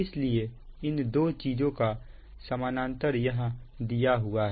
इसलिए इन दो चीजों का समानांतर यहां दिया हुआ है